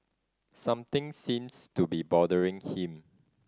something seems to be bothering him